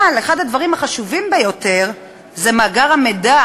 אבל אחד הדברים החשובים ביותר זה מאגר המידע